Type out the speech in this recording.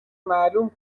معلوم